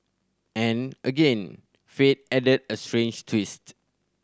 and again fate added a strange twist